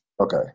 Okay